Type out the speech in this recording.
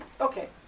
okay